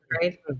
right